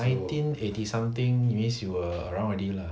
nineteen eighty something that means you were around already lah